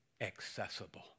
accessible